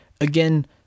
again